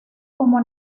como